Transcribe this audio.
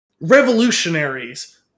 revolutionaries